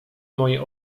moje